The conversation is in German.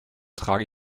trage